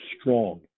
strong